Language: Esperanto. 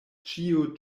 ĉio